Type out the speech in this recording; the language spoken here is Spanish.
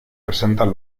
presentan